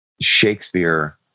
Shakespeare